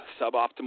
suboptimal